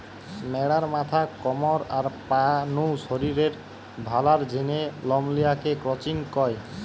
ম্যাড়ার মাথা, কমর, আর পা নু শরীরের ভালার জিনে লম লিয়া কে ক্রচিং কয়